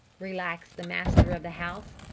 relaxed the master of the house.